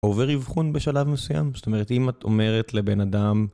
עובר אבחון בשלב מסוים, זאת אומרת אם את אומרת לבן אדם